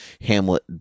Hamlet